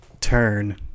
Turn